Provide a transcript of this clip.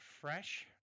fresh